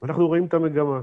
ואנחנו רואים את המגמה.